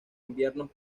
inviernos